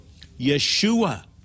Yeshua